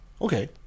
okay